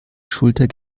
schulter